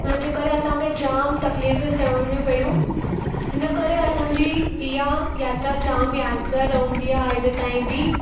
हुन जे करे असांखे जामु तकलीफ़ु सहणियूं पियूं हिन करे असांजी इहा यात्रा जामु यादिगारु रहंदी आहे अॼु ताईं बि